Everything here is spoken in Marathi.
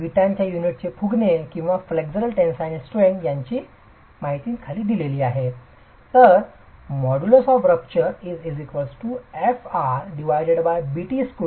विटांच्या युनिटचे फुटणे किंवा फ्लेक्सरल टेनसाईल स्ट्रेंग्थ यांनी दिले आहे मोडुलस ऑफ रपचर fr 1